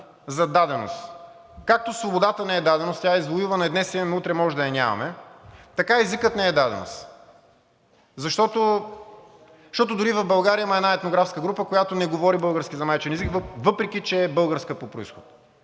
за даденост. Както свободата не е даденост – тя е извоювана и днес я имаме, а утре може да я нямаме, така и езикът не е даденост, защото дори в България има една етнографска група, която не говори български за майчин език, въпреки че е българска по произход